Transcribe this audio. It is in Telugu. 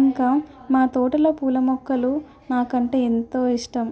ఇంకా మా తోటలో పూల మొక్కలు నాకు అంటే ఎంతో ఇష్టం